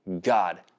God